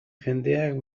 jendeak